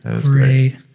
Great